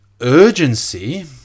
urgency